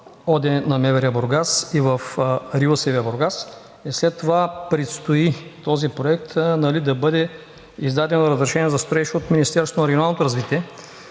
ОД на МВР – Бургас, и в РИОСВ – Бургас. След това предстои на този проект да бъде издадено разрешение за строеж от Министерството на регионалното развитие.